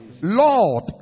Lord